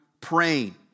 praying